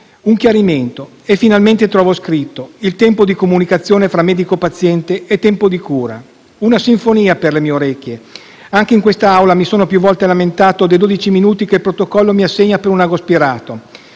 un chiarimento. Finalmente trovo scritto che «Il tempo della comunicazione tra medico e paziente costituisce tempo di cura». Una sinfonia per le mie orecchie. Anche in quest'Aula mi sono più volte lamentato dei 12 minuti che il protocollo mi assegna per un agoaspirato.